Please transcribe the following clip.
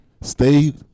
Stay